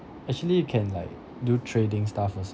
actually you can like do trading stuff also